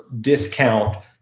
discount